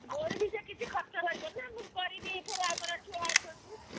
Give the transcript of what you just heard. ମୋର ବି ସେ କିଛି ଖର୍ଚ୍ଚ ରହିବ ନା ମୁଁ କରିବି ଫରେ ଆଗର ଛୁଆ ଅଛନ୍ତି